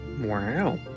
Wow